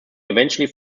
eventually